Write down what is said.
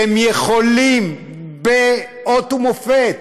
שהם יכולים להיות אות ומופת